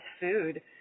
food